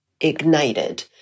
ignited